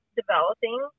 developing